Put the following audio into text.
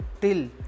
till